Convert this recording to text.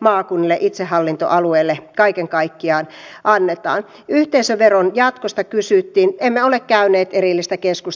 mikäli yhdistettäisiin päijänne ja saimaa päijänne ja mäntyharju kanavilla pystyttäisiin turvaamaan kuljetukset sisäjärviltä merelle saakka emmekä olisi vain